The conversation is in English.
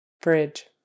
fridge